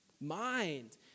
Mind